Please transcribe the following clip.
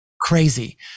crazy